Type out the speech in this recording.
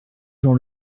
dans